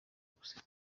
gusaka